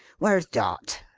where's dot?